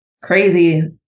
crazy